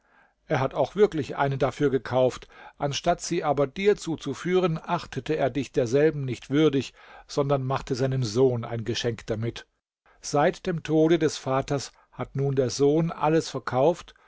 er hat auch wirklich eine dafür gekauft anstatt sie aber dir zuzuführen achtete er dich derselben nicht würdig sondern machte seinem sohn ein geschenk damit seit dem tode des vaters hat nun der sohn alles verkauft